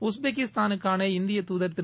உஸ்பெகிஸ்தானுக்கான இந்திய தூதர் திரு